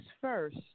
first